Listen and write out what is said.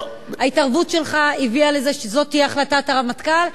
ההתערבות שלך הביאה לזה שזו תהיה החלטת הרמטכ"ל,